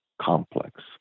complex